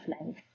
life